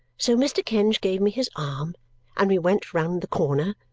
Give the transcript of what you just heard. so mr. kenge gave me his arm and we went round the corner,